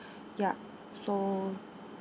ya so